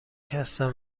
هستن